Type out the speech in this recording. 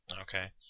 Okay